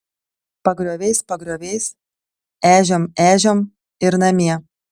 pagrioviais pagrioviais ežiom ežiom ir namie